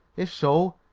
if so,